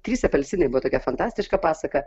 trys apelsinai buvo tokia fantastiška pasaka